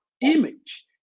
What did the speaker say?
image